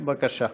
בבקשה.